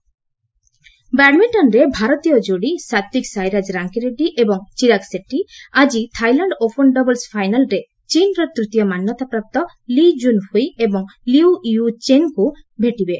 Thailand Open ବ୍ୟାଡ୍ମିଷ୍ଟନ୍ରେ ଭାରତୀୟ ଯୋଡ଼ି ସାତ୍ତିକ୍ ସାଇରାଜ ରାଙ୍କିରେଡ଼ୀ ଏବଂ ଚିରାଗ୍ ସେଟ୍ଟି ଆଜି ଥାଇଲ୍ୟାଣ୍ଡ ଓପନ୍ ଡବ୍ଲ୍ସ୍ ଫାଇନାଲ୍ରେ ଚୀନ୍ର ତୂତୀୟ ମାନ୍ୟତାପ୍ରାପ୍ତ ଲି କୁନ୍ ହୁଇ ଏବଂ ଲିଉ ୟୁ ଚେନ୍ଙ୍କୁ ଭେଟିବେ